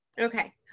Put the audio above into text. okay